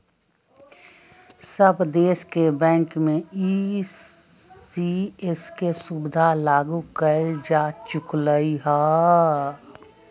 सब देश के बैंक में ई.सी.एस के सुविधा लागू कएल जा चुकलई ह